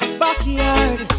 backyard